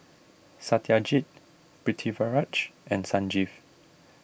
Satyajit Pritiviraj and Sanjeev